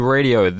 Radio